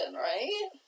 right